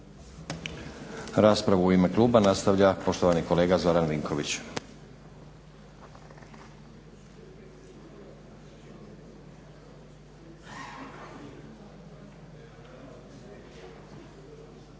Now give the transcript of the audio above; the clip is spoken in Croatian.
Raspravu u ime kluba nastavlja poštovani kolega Zoran Vinković.